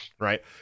right